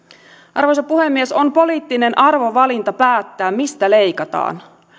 arvoisa puhemies on poliittinen arvovalinta päättää mistä leikataan